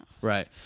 Right